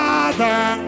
Father